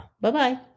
Bye-bye